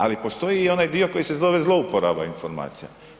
Ali postoji i onaj dio koji se zove zlouporaba informacija.